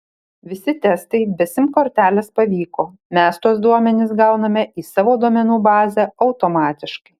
visi testai be sim kortelės pavyko mes tuos duomenis gauname į savo duomenų bazę automatiškai